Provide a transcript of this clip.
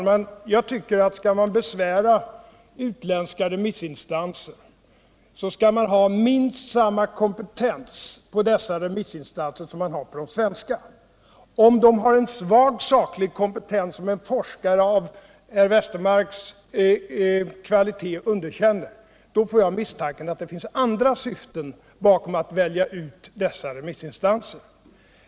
Herr talman! Om man skall besvära utländska remissinstanser, så tycker jag att de instanserna skall ha minst samma kompetens som de svenska. Har de svag saklig kompetens som en forskare av herr Westermarks kvalitet underkänner, så får jag den misstanken att det ligger andra syften bakom tillvägagångssättet att välja ut dessa remissinstanser.